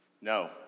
No